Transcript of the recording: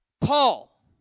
Paul